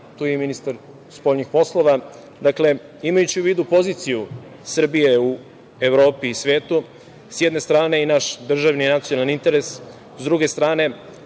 je i ministar spoljnih poslova. Dakle, imajući u vidu poziciju Srbije u Evropi i svetu s jedne strane i naš državni nacionalni interes, s druge strane